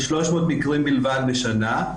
יש 300 מקרים בלבד בשנה,